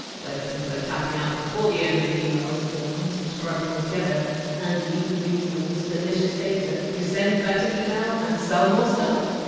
whether people are tapping out before the end of your emails or unsubscribing altogether and you can use all this delicious data to send better email and sell more stuff!